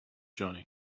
johnny